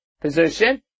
position